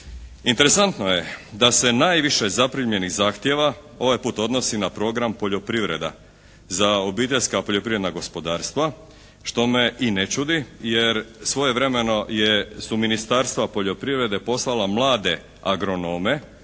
Interesantno je da se najviše zaprimljenih zahtjeva ovaj puta odnosi na program poljoprivreda za obiteljska poljoprivredna gospodarstva što me i ne čudi, jer svojevremeno je, su Ministarstva poljoprivrede poslala mlade agronome